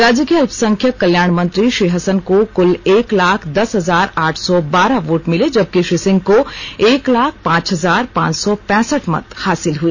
राज्य के अल्पसंख्यक कल्याण मंत्री श्री हसन को कुल एक लाख दस हजार आठ सौ बारह वोट मिले जबकि श्री सिंह को एक लाख पांच हजार पांच सौ पैंसठ मत हासिल हुए